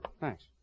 Thanks